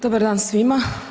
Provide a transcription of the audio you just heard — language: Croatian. Dobar dan svima.